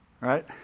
Right